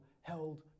held